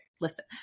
listen